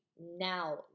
now